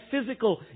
physical